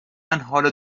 حال